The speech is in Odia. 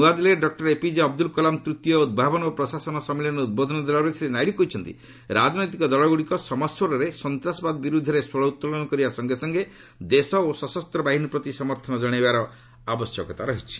ନୂଆଦିଲ୍ଲୀରେ ଡକ୍ଟର ଏପିଜେ ଅବଦ୍ରଲ୍ କଲାମ ତୃତୀୟ ଉଦ୍ଭାବନ ଓ ପ୍ରଶାସନ ସମ୍ମିଳନୀରେ ଉଦ୍ବୋଧନ ଦେଲାବେଳେ ଶ୍ରୀ ନାଇଡ଼ କହିଛନ୍ତି ରାଜନୈତିକ ଦଳଗୁଡ଼ିକ ସମସ୍ୱରରେ ସନ୍ତାସବାଦ ବିରୁଦ୍ଧରେ ସ୍ୱର ଉତ୍ତୋଳନ କରିବା ସଙ୍ଗେ ସଙ୍ଗେ ଦେଶ ଓ ସଶସ୍ତ ବାହିନୀ ପ୍ରତି ସମର୍ଥନ ଜଣାଇବାର ଆବଶ୍ୟକତା ରହିଛି